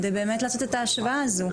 כדי לעשות באמת את ההשוואה הזו.